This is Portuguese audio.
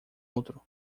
outro